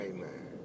Amen